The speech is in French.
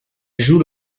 joue